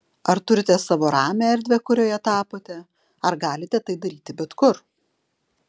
ar turite savo ramią erdvę kurioje tapote ar galite tai daryti bet kur